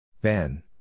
Ben